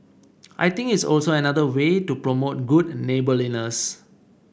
I think it's also another way to promote good neighbourliness